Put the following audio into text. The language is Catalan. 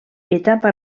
etapa